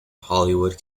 hollywood